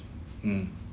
mm